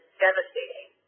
devastating